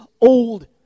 old